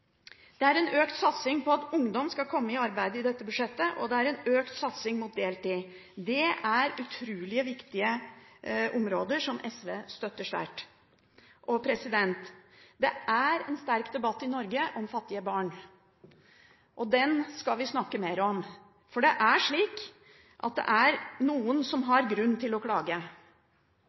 Det er en økt satsing på at ungdom skal komme i arbeid i dette budsjettet, og det er en økt satsing mot deltid. Det er utrolig viktige områder, som SV støtter sterkt. Det er en sterk debatt i Norge om fattige barn, og den skal vi snakke mer om, for det er slik at det er noen som har grunn til å klage.